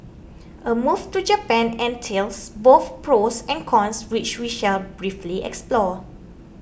a move to Japan entails both pros and cons which we shall briefly explore